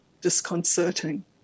disconcerting